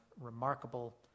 remarkable